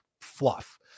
fluff